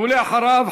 ואחריו,